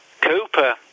Cooper